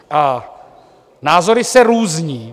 A názory se různí.